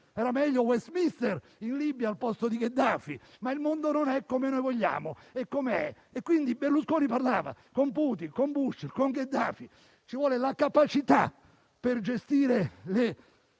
Era meglio Westminster in Libia al posto di Gheddafi, ma il mondo non è come noi vogliamo, è come è e quindi Berlusconi parlava con Putin, con Bush e con Gheddafi. Ci vuole la capacità per gestire le